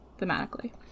thematically